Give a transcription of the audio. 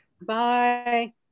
Bye